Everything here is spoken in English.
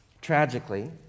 Tragically